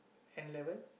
N-level